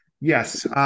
yes